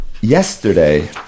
yesterday